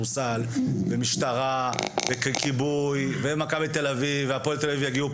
ולאחר מכן זה להיבטים תקציביים בשלב